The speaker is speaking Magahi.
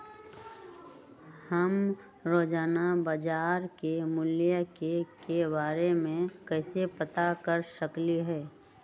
हम रोजाना बाजार के मूल्य के के बारे में कैसे पता कर सकली ह?